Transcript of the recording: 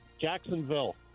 Jacksonville